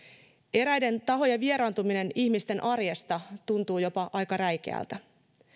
eräiden tahojen vieraantuminen ihmisten arjesta tuntuu jopa aika räikeältä